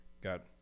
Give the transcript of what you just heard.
got